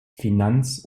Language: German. finanz